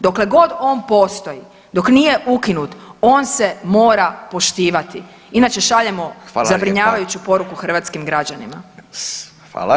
Dokle god on postoji, dok nije ukinut, on se mora poštivati inače šaljemo [[Upadica: Hvala lijepa.]] zabrinjavajuću poruku hrvatskim građanima.